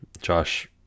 Josh